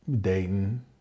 dating